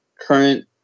current